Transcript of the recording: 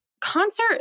concert